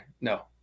No